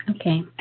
Okay